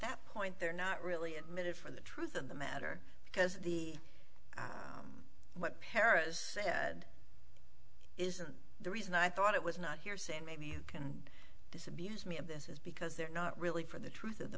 that point they're not really admitted for the truth of the matter because the what paris is and the reason i thought it was not hearsay maybe you can disabuse me of this is because they're not really for the truth of the